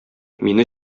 мине